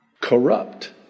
Corrupt